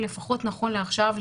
לפחות נכון לעכשיו,